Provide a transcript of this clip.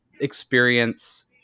experience